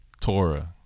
Torah